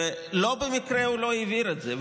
ולא במקרה הוא לא העביר את זה,